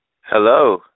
hello